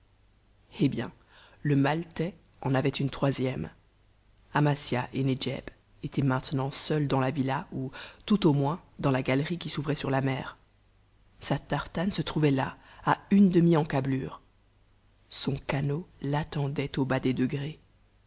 eh bien le maltais en avait une troisième amasia et nedjeb étaient maintenant seules dans la villa ou tout au moins dans la galerie qui s'ouvrait sur la mer sa tartane se trouvait là à une demi encâblure son canot l'attendait au bas des degrés